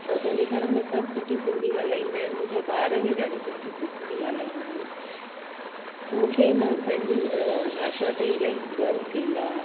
ऐं असांजे घर में सभु सुठी सिंधी ॻाल्हाईंदा आहिनि मुंहिंजा ॿार बि ॾाढी सुठी सिंधी ॻाल्हाईंदा आहिनि मूंंखे न पंहिंजे भाषा ते इलाही गर्व थींदो आहे